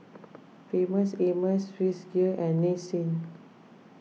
Famous Amos Swissgear and Nissin